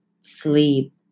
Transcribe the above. sleep